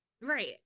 Right